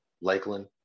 Lakeland